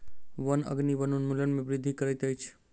वन अग्नि वनोन्मूलन में वृद्धि करैत अछि